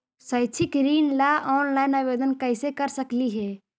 शैक्षिक ऋण ला ऑनलाइन आवेदन कैसे कर सकली हे?